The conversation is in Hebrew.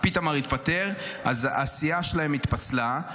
פיתמר התפטר אז הסיעה שלהם התפצלה,